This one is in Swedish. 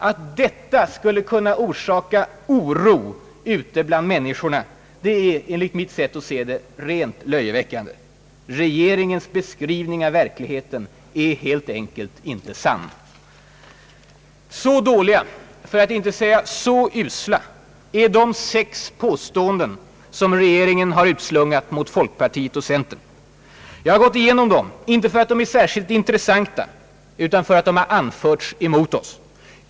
Att detta skulle ha kunnat skapa oro ute bland människorna är rent löjeväckande. Regeringens beskrivning av verkligheten är helt enkelt inte sann. Så dåliga för att inte säga så usla — är de sex påståenden som regeringen har utslungat mot folkpartiet och centern. Jag har gått igenom dem inte för att de är särskilt intressanta utan för att de har anförts emot oss.